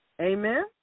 Amen